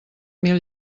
mil